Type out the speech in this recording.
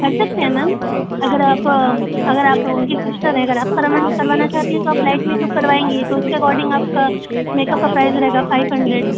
कर सकते हैं मैम अगर आप अगर आप उनकी सिस्टर है अगर आप कराना करवाना चाहती है तो आप लाइट मेकअप करवाएँगी तो उसके अकॉर्डिंग आपका मेकअप का प्राइज रहेगा फ़ाइव हंड्रेड